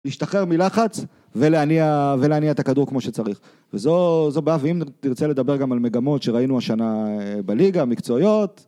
להשתחרר מלחץ ולהניע את הכדור כמו שצריך, וזו בא, ואם תרצה לדבר גם על מגמות שראינו השנה בליגה, מקצועיות